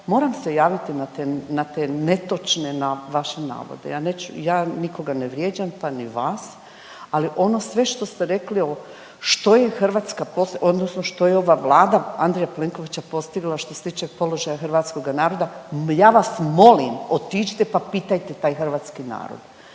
moram se javiti na te netočne vaše navode, ja neću, ja nikoga ne vrijeđam, pa ni vas, ali ono sve što ste rekli o, što je Hrvatska pos… odnosno što je ova Vlada Andreja Plenkovića postigla što se tiče položaja Hrvatskoga naroda ja vas molim otiđite pa pitajte taj hrvatski narod,